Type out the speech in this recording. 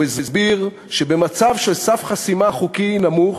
הוא הסביר ש"במצב של סף חסימה חוקי נמוך